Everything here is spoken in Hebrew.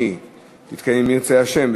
אם ירצה השם,